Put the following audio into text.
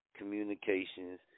communications